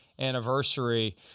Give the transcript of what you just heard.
anniversary